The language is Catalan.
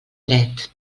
dret